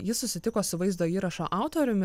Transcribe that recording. jis susitiko su vaizdo įrašo autoriumi